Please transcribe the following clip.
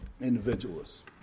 individualists